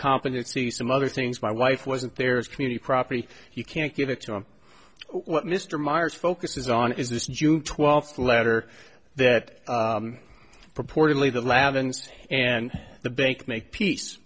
competency some other things my wife wasn't there as community property you can't give it to him what mr myers focuses on is this june twelfth letter that purportedly the lavender and the bank make peace